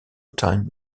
time